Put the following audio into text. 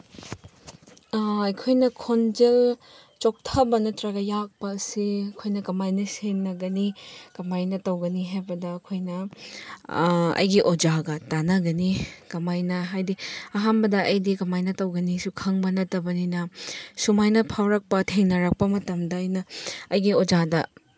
ꯑꯩꯈꯣꯏꯅ ꯈꯣꯟꯖꯦꯜ ꯆꯣꯛꯊꯕ ꯅꯠꯇ꯭ꯔꯒ ꯌꯥꯛꯄ ꯑꯁꯤ ꯑꯩꯈꯣꯏꯅ ꯀꯃꯥꯏꯅ ꯁꯦꯟꯅꯒꯅꯤ ꯀꯃꯥꯏꯅ ꯇꯧꯒꯅꯤ ꯍꯥꯏꯕ ꯃꯇꯝꯗ ꯑꯩꯈꯣꯏꯅ ꯑꯩꯒꯤ ꯑꯣꯖꯥꯒ ꯇꯥꯟꯅꯒꯅꯤ ꯀꯃꯥꯏꯅ ꯍꯥꯏꯗꯤ ꯑꯍꯥꯟꯕ ꯑꯩꯗꯤ ꯀꯃꯥꯏꯅ ꯇꯧꯒꯅꯤꯁꯨ ꯈꯪꯕ ꯅꯠꯇꯕꯅꯤꯅ ꯁꯨꯃꯥꯏꯅ ꯐꯥꯎꯔꯛꯄ ꯊꯦꯡꯅꯔꯛꯄ ꯃꯇꯝꯗ ꯑꯩꯅ ꯑꯩꯒꯤ ꯑꯣꯖꯥꯗ